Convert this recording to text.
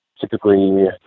typically